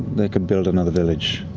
they could build another village.